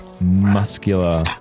muscular